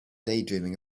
daydreaming